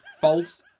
False